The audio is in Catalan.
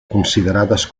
considerades